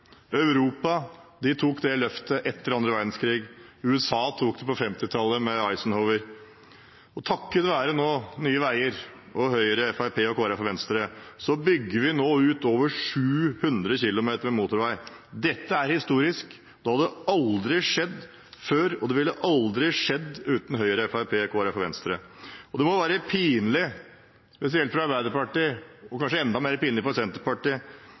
Europa tok det løftet etter annen verdenskrig, USA tok det på 1950-tallet med Eisenhower. Takket være Nye Veier og Høyre, Fremskrittspartiet, Kristelig Folkeparti og Venstre bygger vi nå ut over 700 kilometer med motorvei. Det er historisk. Det hadde aldri skjedd før, og det ville aldri skjedd uten Høyre, Fremskrittspartiet, Kristelig Folkeparti og Venstre. Det må være pinlig, spesielt for Arbeiderpartiet og kanskje enda mer for Senterpartiet,